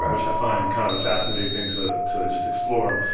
um which i find kind of fascinating to to just explore.